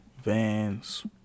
Vans